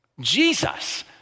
Jesus